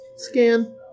Scan